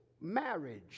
marriage